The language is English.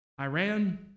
Iran